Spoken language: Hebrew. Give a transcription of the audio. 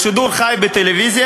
בשידור חי בטלוויזיה,